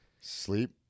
sleep